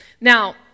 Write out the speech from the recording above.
Now